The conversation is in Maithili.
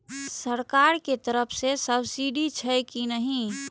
सरकार के तरफ से सब्सीडी छै कि नहिं?